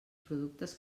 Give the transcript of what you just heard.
productes